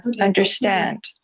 understand